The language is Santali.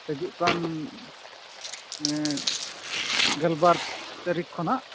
ᱦᱟᱹᱡᱩᱜ ᱠᱟᱱ ᱜᱮᱞᱵᱟᱨ ᱛᱟᱹᱨᱤᱠ ᱠᱷᱚᱱᱟᱜ